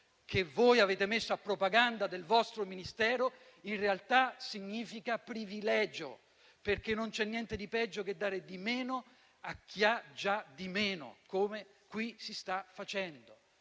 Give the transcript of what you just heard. che voi avete messo a propaganda del vostro Ministero, in realtà significa privilegio. Non c'è niente di peggio infatti che dare di meno a chi ha già di meno, come qui si sta facendo.